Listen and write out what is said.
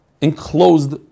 enclosed